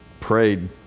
prayed